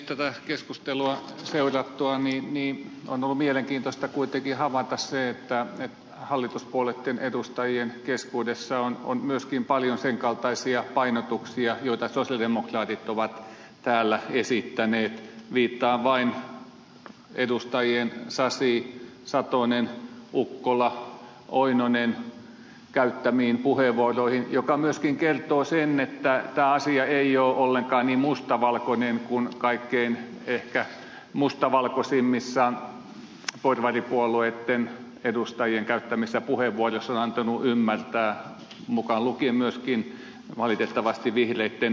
tätä keskustelua seurattuani on ollut mielenkiintoista kuitenkin havaita se että hallituspuolueitten edustajien keskuudessa on myöskin paljon sen kaltaisia painotuksia joita sosialidemokraatit ovat täällä esittäneet viittaan vain edustajien sasi satonen ukkola ja lauri oinonen käyttämiin puheenvuoroihin mikä myöskin kertoo sen että tämä asia ei ole ollenkaan niin mustavalkoinen kuin kaikkein ehkä mustavalkoisimmissa porvaripuolueitten edustajien käyttämissä puheenvuoroissa on annettu ymmärtää mukaan lukien myöskin valitettavasti vihreitten puheenvuorot